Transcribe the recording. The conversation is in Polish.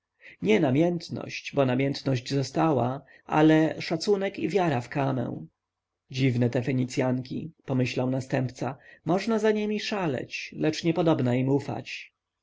nie namiętność bo namiętność została ale szacunek i wiara w kamę dziwne te fenicjanki pomyślał następca można za niemi szaleć lecz niepodobna im ufać